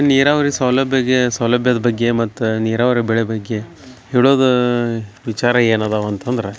ನೀರಾವರಿ ಸೌಲಭ್ಯಗೆ ಸೌಲಭ್ಯದ ಬಗ್ಗೆ ಮತ್ತು ನೀರಾವರಿ ಬೆಳೆ ಬಗ್ಗೆ ಹೇಳೋದು ವಿಚಾರ ಏನು ಅದಾವ ಅಂತಂದರೆ